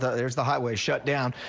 there's the highway, shut down.